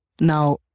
Now